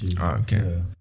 okay